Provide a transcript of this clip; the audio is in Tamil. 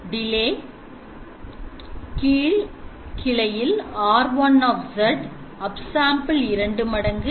Delay கீழ் R1 கிளையில் up sample2 மடங்கு